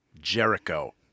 Jericho